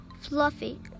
fluffy